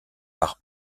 par